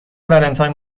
ولنتاین